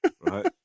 Right